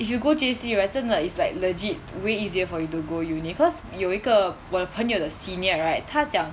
if you go J_C right 真的 it's like legit way easier for you to go uni cause 有一个我的朋友的 senior right 他讲